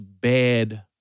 bad